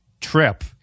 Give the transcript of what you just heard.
trip